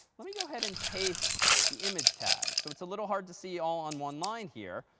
let me go ahead and paste the image tag. so it's a little hard to see all on one line here,